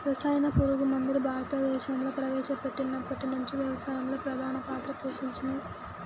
రసాయన పురుగు మందులు భారతదేశంలా ప్రవేశపెట్టినప్పటి నుంచి వ్యవసాయంలో ప్రధాన పాత్ర పోషించినయ్